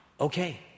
Okay